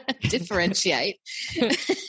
differentiate